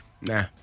Nah